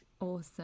Awesome